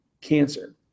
cancer